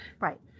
Right